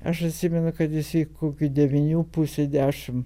aš atsimenu kad jisai iki kokių devynių pusė dešim